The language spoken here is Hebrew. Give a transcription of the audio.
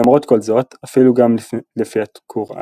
למרות כל זאת אפילו גם לפי הקוראן,